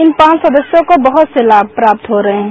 इन पांच सदस्यों को बहुत से लाभ प्राप्त हो रहे हैं